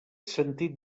sentit